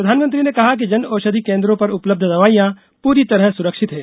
प्रधानमंत्री ने कहा कि जनऔषधि केन्द्रों पर उपलब्ध दवाइयां पूरी तरह सुरक्षित हैं